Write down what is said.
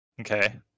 Okay